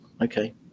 Okay